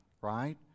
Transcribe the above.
right